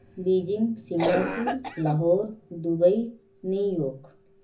Beijing Singapore Lahore Dubai New York